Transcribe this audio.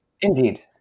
Indeed